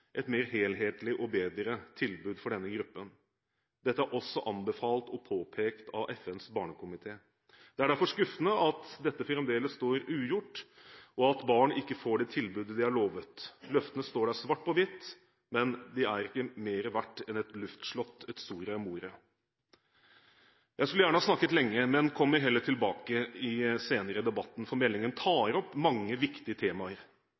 et bedre og mer helhetlig tilbud for denne gruppen. Dette er også anbefalt og påpekt av FNs barnekomité. Det er derfor skuffende at dette fremdeles står ugjort, og at barn ikke får det tilbudet de er lovet. Løftene står der svart på hvitt, men de er ikke mer verdt enn et luftslott – et Soria Moria. Jeg skulle gjerne ha snakket lenger, men kommer heller tilbake senere i debatten, for meldingen tar opp mange viktige temaer.